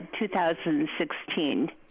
2016